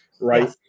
right